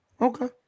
Okay